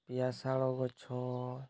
ପିଆଶାଳ ଗଛ